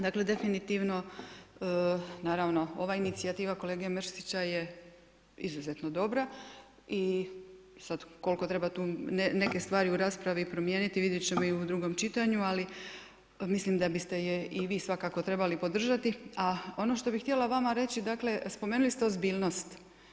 Dakle definitivno, naravno, ova inicijativa kolege Mrsića je izuzetno dobra i sad koliko treba tu neke stvari u raspravi promijeniti vidjet ćemo i u drugom čitanju, ali mislim da biste je i vi svakako trebali podržati, a ono što bih htjela vama reći, dakle, spomenuli ste ozbiljnost.